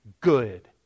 good